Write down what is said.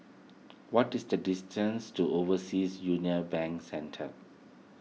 what is the distance to Overseas Union Bank Centre